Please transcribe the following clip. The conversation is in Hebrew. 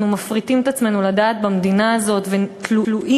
אנחנו מפריטים את עצמנו לדעת במדינה הזאת ותלויים